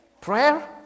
Prayer